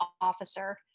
officer